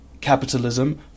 capitalism